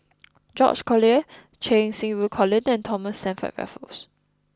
George Collyer Cheng Xinru Colin and Thomas Stamford Raffles